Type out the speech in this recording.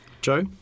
Joe